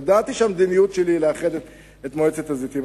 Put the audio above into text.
ידעתי שהמדיניות שלי היא לאחד את מועצת הזיתים.